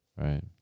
right